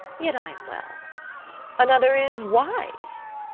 yet i am well another is wise,